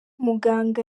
muganga